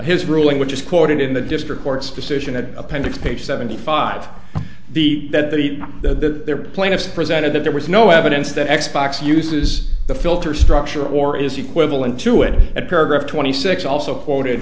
his ruling which is quoted in the district court's decision at appendix page seventy five the that the the plaintiffs presented that there was no evidence that x box uses the filter structure or is equivalent to it at paragraph twenty six also quoted